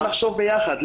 בוא נחשוב ביחד.